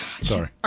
Sorry